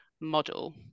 model